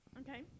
Okay